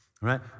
right